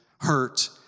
hurt